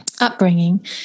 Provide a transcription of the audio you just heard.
upbringing